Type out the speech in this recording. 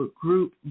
group